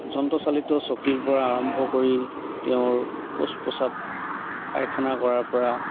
যন্ত্ৰচালিত চকীৰ পৰা আৰম্ভ কৰি তেওঁৰ শৌচ পেচাব পায়খানা কৰাৰ পৰা